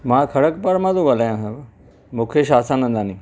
मां खड़कपुर मां थो ॻाल्हायां मुकेश आसानंदानी